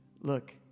Look